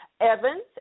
Evans